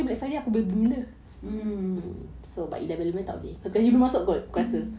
mmhmm